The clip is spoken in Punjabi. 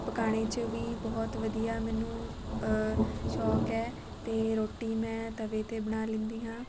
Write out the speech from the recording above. ਪਕਾਉਣ 'ਚ ਵੀ ਬਹੁਤ ਵਧੀਆ ਮੈਨੂੰ ਸ਼ੌਂਕ ਹੈ ਅਤੇ ਰੋਟੀ ਮੈਂ ਤਵੇ 'ਤੇ ਬਣਾ ਲੈਂਦੀ ਹਾਂ